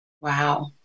Wow